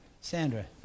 Sandra